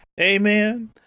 amen